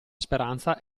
speranza